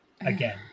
again